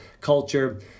culture